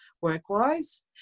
work-wise